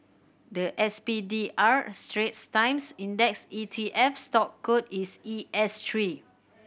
the S P D R Straits Times Index E T F stock code is E S three